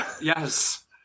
Yes